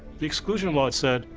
the exclusion law said,